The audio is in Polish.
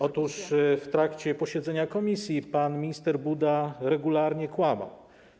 Otóż w trakcie posiedzenia komisji pan minister Buda regularnie kłamał.